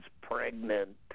pregnant